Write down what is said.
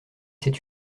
c’est